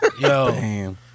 yo